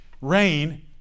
rain